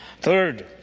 Third